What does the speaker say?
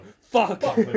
Fuck